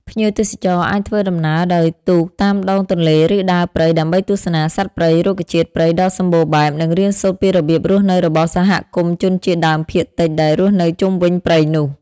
ភ្ញៀវទេសចរអាចធ្វើដំណើរដោយទូកតាមដងទន្លេ ឬដើរព្រៃដើម្បីទស្សនាសត្វព្រៃ រុក្ខជាតិព្រៃដ៏សម្បូរបែប និងរៀនសូត្រពីរបៀបរស់នៅរបស់សហគមន៍ជនជាតិដើមភាគតិចដែលរស់នៅជុំវិញព្រៃនេះ។